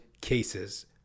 cases